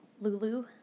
Lulu